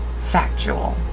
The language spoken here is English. factual